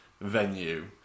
venue